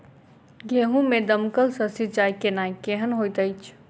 गेंहूँ मे दमकल सँ सिंचाई केनाइ केहन होइत अछि?